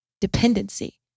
dependency